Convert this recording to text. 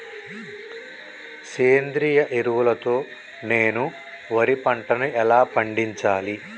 సేంద్రీయ ఎరువుల తో నేను వరి పంటను ఎలా పండించాలి?